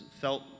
felt